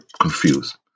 confused